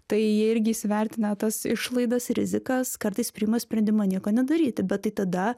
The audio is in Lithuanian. tai jie irgi įsivertinę tas išlaidas rizikas kartais priima sprendimą nieko nedaryti bet tai tada